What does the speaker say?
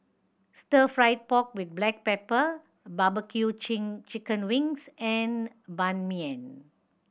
Stir Fried Pork With Black Pepper barbecue chin chicken wings and Ban Mian